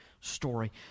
story